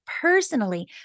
personally